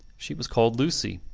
she was called lucy.